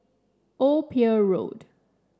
Old Pier Road